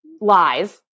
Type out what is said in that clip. lies